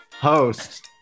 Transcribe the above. host